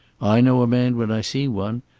i know a man when i see one,